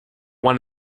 one